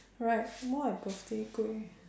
right more like birthday kueh